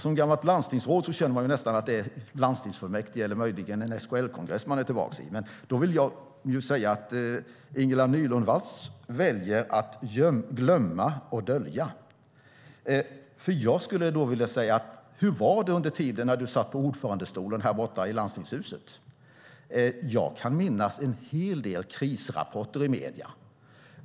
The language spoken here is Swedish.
Som gammalt landstingsråd känner man nästan att det är landstingsfullmäktige eller möjligen en SKL-kongress man är tillbaka i. Ingela Nylund Watz väljer att glömma och dölja. Jag skulle vilja fråga: Hur var det under den tid då du satt på ordförandestolen borta i Landstingshuset? Jag kan minnas en hel del krisrapporter i medierna.